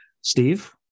Steve